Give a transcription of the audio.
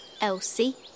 elsie